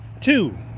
Two